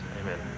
Amen